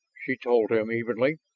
she told him evenly.